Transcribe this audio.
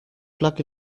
plug